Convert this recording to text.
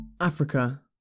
Africa